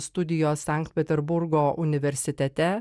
studijos sankt peterburgo universitete